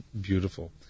beautiful